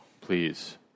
please